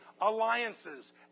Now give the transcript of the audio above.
alliances